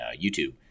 YouTube